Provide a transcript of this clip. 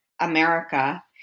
America